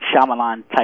Shyamalan-type